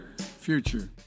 future